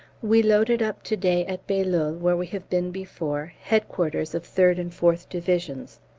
we loaded up to-day at bailleul, where we have been before headquarters of third and fourth divisions.